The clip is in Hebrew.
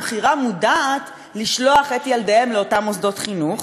בחירה מודעת לשלוח את ילדיהם לאותם מוסדות חינוך,